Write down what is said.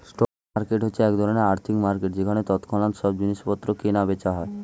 stock market হচ্ছে এক ধরণের আর্থিক মার্কেট যেখানে তৎক্ষণাৎ সব জিনিসপত্র কেনা বেচা হয়